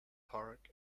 park